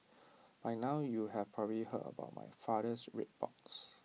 by now you have probably heard about my father's red box